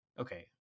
Okay